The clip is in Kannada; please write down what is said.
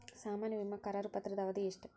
ಸಾಮಾನ್ಯ ವಿಮಾ ಕರಾರು ಪತ್ರದ ಅವಧಿ ಎಷ್ಟ?